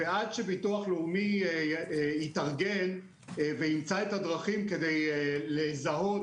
ועד שביטוח לאומי התארגן וימצא את הדרכים כדי לזהות,